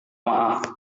maaf